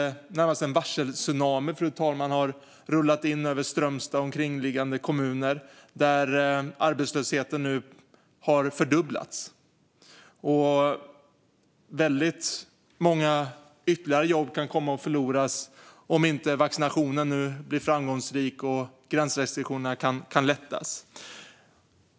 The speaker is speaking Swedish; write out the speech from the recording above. Närmast en varseltsunami har rullat in över Strömstad och omkringliggande kommuner, där arbetslösheten nu har fördubblats. Väldigt många ytterligare jobb kan komma att förloras om inte vaccinationen nu blir framgångsrik och gränsrestriktionerna kan lättas.